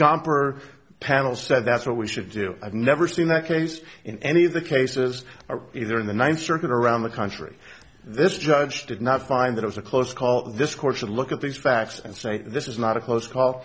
damper panel said that's what we should do i've never seen that case in any of the cases are either in the ninth circuit around the country this judge did not find that was a close call this course a look at these facts and say this is not a close call